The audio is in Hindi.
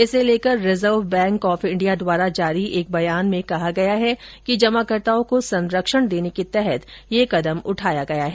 इसे लेकर रिजर्व बैंक द्वारा जारी एक बयान में कहा गया है कि जमाकर्ताओं को संरक्षण देने के तहत यह कदम उठाया गया है